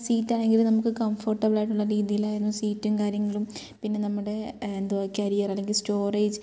സീറ്റാണെങ്കിലും നമുക്ക് കംഫേർട്ടബ്ളായിട്ടുള്ള രീതിയിലായിരുന്നു സീറ്റും കാര്യങ്ങളും പിന്നെ നമ്മുടെ എന്തുവാ കരിയർ അല്ലെങ്കിൽ സ്റ്റോറേജ്